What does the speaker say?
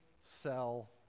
sell